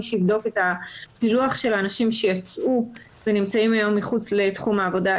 מי שיבדוק את הפילוח של האנשים שיצאו ונמצאים היום מחוץ לתחום העבודה,